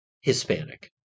Hispanic